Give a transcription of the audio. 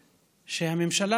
שהממשלה,